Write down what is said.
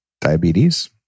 diabetes